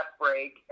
break